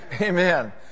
Amen